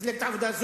מפלגת העבודה,